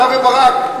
אתה וברק.